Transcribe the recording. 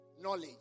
Knowledge